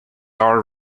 our